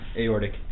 aortic